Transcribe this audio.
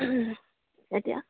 এতিয়া